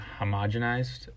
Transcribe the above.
homogenized